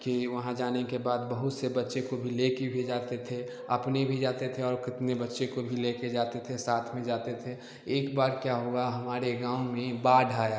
कि वहाँ जाने के बाद बहुत से बच्चे को भी ले कर भी जाते थे अपने भी जाते थे और कितने बच्चे को भी लेके जाते थे साथ में जाते थे एक बार क्या हुआ हमारे गाँव में बाढ़ आया